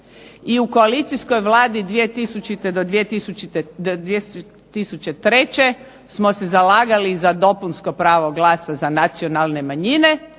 I u koalicijskoj vladi 2000. do 2003. smo se zalagali za dopunsko pravo glasa za nacionalne manjine